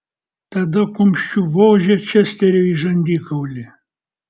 tada kumščiu vožė česteriui į žandikaulį